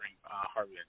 Harvey